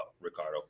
Ricardo